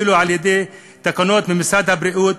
אפילו על-ידי תקנות של משרד הבריאות,